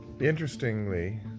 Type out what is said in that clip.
Interestingly